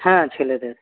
হ্যাঁ ছেলেদের